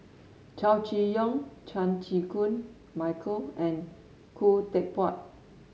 Chow Chee Yong Chan Chew Koon Michael and Khoo Teck Puat